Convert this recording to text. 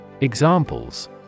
Examples